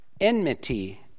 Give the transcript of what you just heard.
enmity